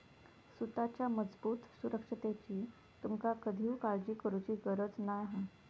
सुताच्या मजबूत सुरक्षिततेची तुमका कधीव काळजी करुची गरज नाय हा